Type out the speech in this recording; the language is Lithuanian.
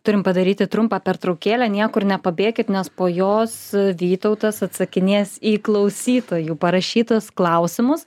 turim padaryti trumpą pertraukėlę niekur nepabėkit nes po jos vytautas atsakinės į klausytojų parašytus klausimus